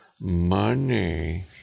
money